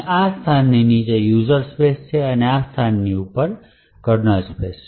આ સ્થાનની નીચે યુઝર સ્પેસ છે અને આ સ્થાનની ઉપર કર્નલ સ્પેસ છે